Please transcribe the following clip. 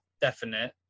definite